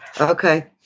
Okay